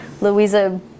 Louisa